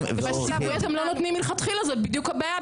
ציבורי אתם לא נותנים מלכתחילה, זו בדיוק הבעיה.